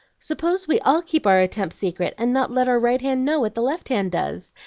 suppose we all keep our attempts secret, and not let our right hand know what the left hand does?